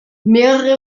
mehrere